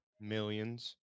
Millions